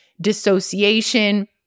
dissociation